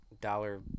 dollar